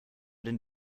den